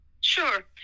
Sure